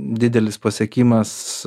didelis pasiekimas